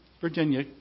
Virginia